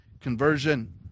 conversion